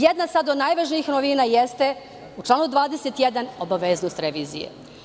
Jedna sada od najvažnijih novina jeste, u članu 21 – Obaveznost revizije.